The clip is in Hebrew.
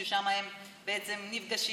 ששם אנשים נפגשים,